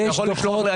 אתה יכול לשלוח לי?